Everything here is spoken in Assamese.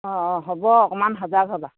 অঁ অঁ হ'ব অকণমান সজাগ হ'বা